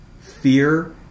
fear